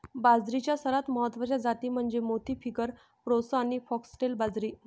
बाजरीच्या सर्वात महत्वाच्या जाती म्हणजे मोती, फिंगर, प्रोसो आणि फॉक्सटेल बाजरी